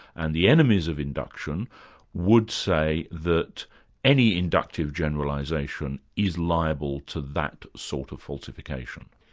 and the enemies of induction would say that any inductive generalisation is liable to that sort of falsification.